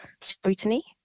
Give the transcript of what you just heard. scrutiny